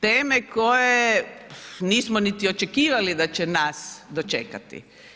Teme koje nismo niti očekivali da će nas dočekati.